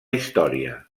història